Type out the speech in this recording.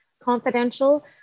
confidential